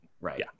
Right